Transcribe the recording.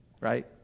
right